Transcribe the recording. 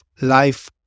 life